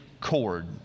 cord